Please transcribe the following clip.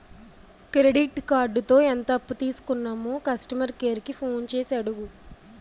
credit కార్డుతో ఎంత అప్పు తీసుకున్నామో కస్టమర్ కేర్ కి ఫోన్ చేసి అడుగు